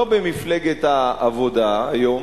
לא במפלגת העבודה היום,